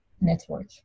network